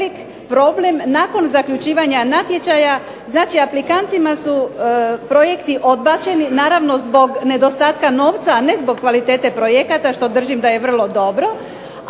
problem nakon zaključivanja natječaja, znači aplikantima su projekti odbačeni naravno zbog nedostatka novca, a ne zbog kvalitete projekata što držim da je vrlo dobro.